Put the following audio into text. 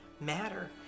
matter